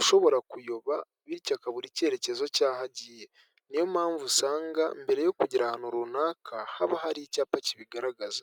ushobora kuyoba bityo akabura icyerekezo cyaho agiye niyo mpamvu usanga mbere yo kugera ahantu runaka haba hari icyapa kibigaragaza .